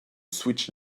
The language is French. switch